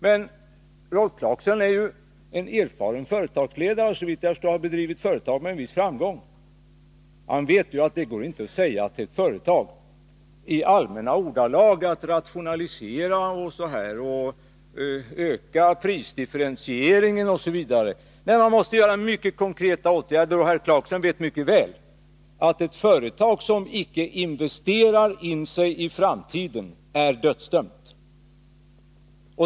Men Rolf Clarkson, som är en erfaren företagsledare och som, såvitt jag förstår, har drivit företag med viss framgång, vet att det inte går att i allmänna ordalag säga till ett företag att det skall rationalisera, öka prisdifferentieringen osv. Nej, man måste vidta mycket konkreta åtgärder. Herr Clarkson vet dessutom mycket väl att ett företag som icke investerar sig in i framtiden är dödsdömt.